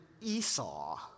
Esau